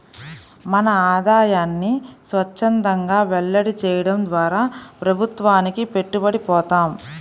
మన ఆదాయాన్ని స్వఛ్చందంగా వెల్లడి చేయడం ద్వారా ప్రభుత్వానికి పట్టుబడి పోతాం